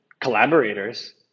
collaborators